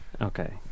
Okay